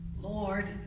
Lord